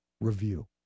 review